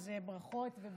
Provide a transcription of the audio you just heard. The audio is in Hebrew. אז ברכות לך.